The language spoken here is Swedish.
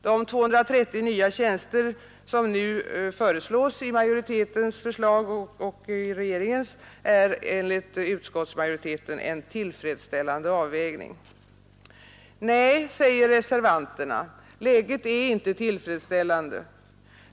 De 230 nya tjänster som nu föreslås är enligt utskottsmajoriteten en tillfredsställande avvägning. Nej, säger reservanterna, läget är inte tillfredsställande.